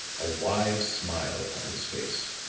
a wide smile upon his face.